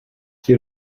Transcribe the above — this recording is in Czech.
při